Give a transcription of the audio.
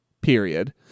period